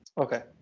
Okay